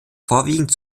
vorwiegend